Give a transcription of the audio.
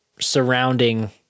surrounding